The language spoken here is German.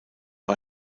war